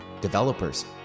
developers